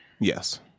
Yes